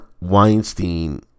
Weinstein